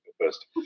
first